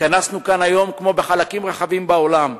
התכנסנו כאן היום, כמו בחלקים רחבים בעולם,